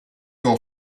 your